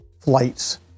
flights